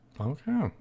Okay